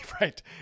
right